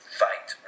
fight